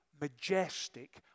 majestic